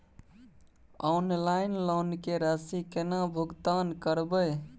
Online loan के राशि केना भुगतान करबे?